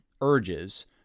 urges